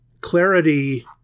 clarity